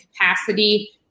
capacity